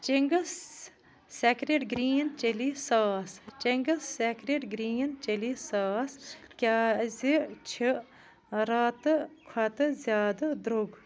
Ching's secret green chilli sauce Ching's secret green chilli sauce کیٛازِ چھُ راتہٕ کھۄتہٕ زیادٕ درٛوگ